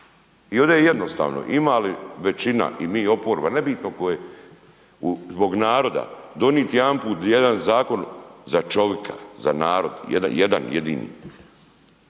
I ovdje je jednostavno, ima li većina i mi oporba, nebitno tko je, zbog naroda donijeti jedanput jedan zakon za čovjeka, za narod, jedan jedini